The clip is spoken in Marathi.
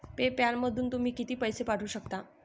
पे पॅलमधून तुम्ही किती पैसे पाठवू शकता?